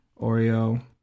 Oreo